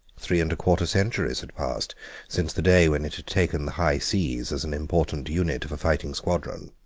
three and a quarter centuries had passed since the day when it had taken the high seas as an important unit of a fighting squadron